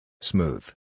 Smooth